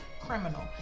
criminal